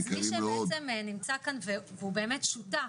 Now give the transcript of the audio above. אז מי שבעצם נמצא כאן והוא באמת שותף,